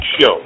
show